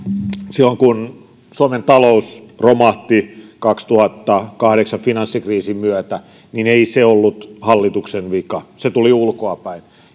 silloin kun suomen talous romahti kaksituhattakahdeksan finanssikriisin myötä se ei ollut hallituksen vika se tuli ulkoapäin